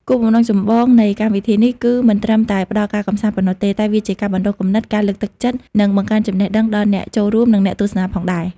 គោលបំណងចម្បងនៃកម្មវិធីនេះ គឺមិនត្រឹមតែផ្ដល់ការកម្សាន្តប៉ុណ្ណោះទេ តែជាការបណ្ដុះគំនិត ការលើកទឹកចិត្ត និងបង្កើនចំណេះដឹងដល់អ្នកចូលរួម និងអ្នកទស្សនាផងដែរ។